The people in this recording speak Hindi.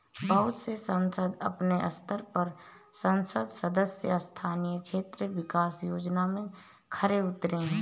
बहुत से संसद अपने स्तर पर संसद सदस्य स्थानीय क्षेत्र विकास योजना में खरे उतरे हैं